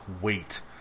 wait